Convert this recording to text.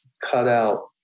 cutout